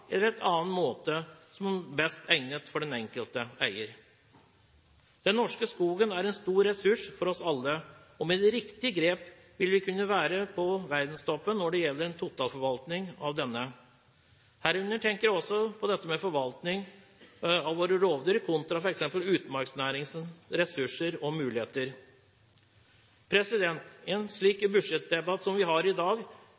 måte som måtte være best for den enkelte eier. Den norske skogen er en stor ressurs for oss alle, og med de riktige grep vil vi kunne være på verdenstoppen når det gjelder en totalforvaltning av denne. Herunder tenker jeg også på dette med forvaltning av våre rovdyr kontra f.eks. utmarksnæringens ressurser og muligheter. I en